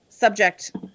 subject